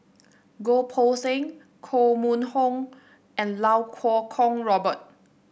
Goh Poh Seng Koh Mun Hong and Iau Kuo Kwong Robert